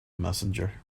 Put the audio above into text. messenger